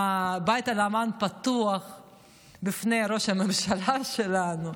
הבית הלבן פתוח בפני ראש הממשלה שלנו,